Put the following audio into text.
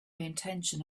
intention